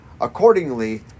Accordingly